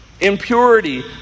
impurity